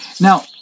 Now